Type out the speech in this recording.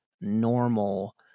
normal